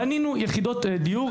בנינו יחידות-דיור,